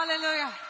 Hallelujah